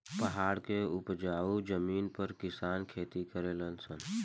पहाड़ के उपजाऊ जमीन पर किसान खेती करले सन